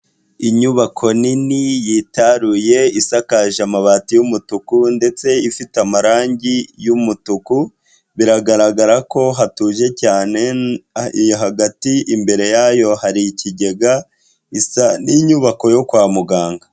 Inyubako nini yitaruye isakaje amabati y'umutuku ndetse ifite amarangi y'umutuku biragaragara ko hatuje cyane hagati imbere yayo hari ikigega isa n'inyubako yo kwa muganga.